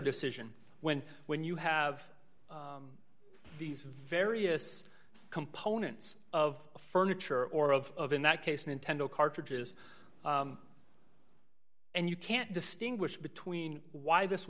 decision when when you have these various components of furniture or of in that case nintendo cartridges and you can't distinguish between why this